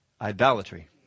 idolatry